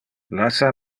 lassa